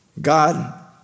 God